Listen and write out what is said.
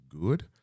good